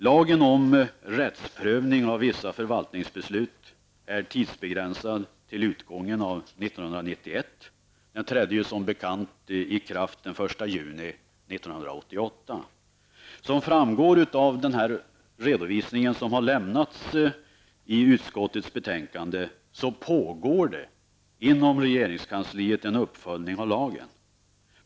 Lagen om rättsprövning av vissa förvaltningsbeslut är tidsbegränsad till utgången av 1991. Den trädde som bekant i kraft den 1 juni 1988. Som framgår av den redovisning som lämnats i utskottets betänkande pågår det inom regeringskansliet en uppföljning av lagen.